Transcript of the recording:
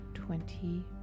Twenty